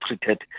treated